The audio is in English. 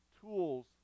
tools